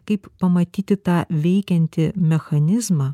kaip pamatyti tą veikiantį mechanizmą